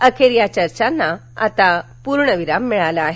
अखेर या चर्चांना आता पूर्णविराम मिळाला आहे